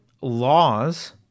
Laws